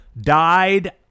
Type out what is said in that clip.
died